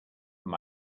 from